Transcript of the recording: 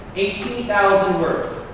eighteen thousand words,